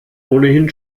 ohnehin